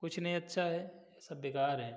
कुछ नहीं अच्छा है सब बेकार है